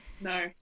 No